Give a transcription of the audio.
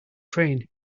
train